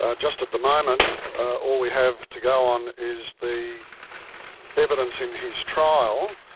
ah just at the moment all we have to go on is the evidence in his trial.